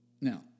Now